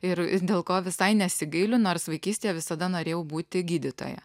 ir dėl ko visai nesigailiu nors vaikystėje visada norėjau būti gydytoja